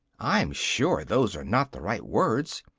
i'm sure those are not the right words,